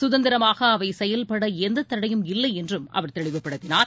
சுதந்திரமாகஅவைசெயல்படஎந்தத்தடையும் இல்லைஎன்றும் அவர் தெளிவுபடுத்தினார்